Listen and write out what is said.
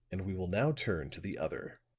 and we will now turn to the other,